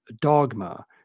dogma